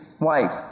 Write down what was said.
wife